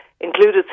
included